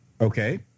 Okay